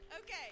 Okay